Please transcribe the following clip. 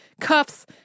cuffs